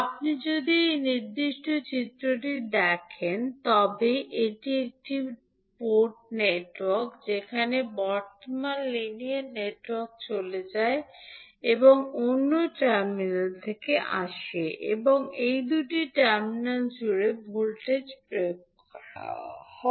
আপনি যদি এই নির্দিষ্ট চিত্রটি দেখেন তবে এটি একটি পোর্ট নেটওয়ার্ক যেখানে বর্তমান লিনিয়ার নেটওয়ার্কে চলে যায় এবং অন্য টার্মিনাল থেকে আসে এবং এই দুটি টার্মিনাল জুড়ে ভোল্টেজ প্রয়োগ করা হয়